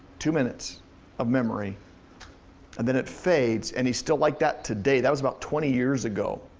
two minutes of memory and then it fades and he's still like that today. that was about twenty years ago.